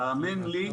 והאמן לי,